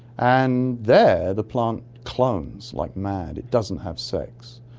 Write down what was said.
and there the plant clones like mad, it doesn't have sex.